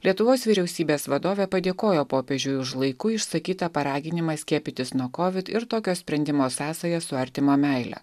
lietuvos vyriausybės vadovė padėkojo popiežiui už laiku išsakytą paraginimą skiepytis nuo kovid ir tokio sprendimo sąsają su artimo meile